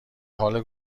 حال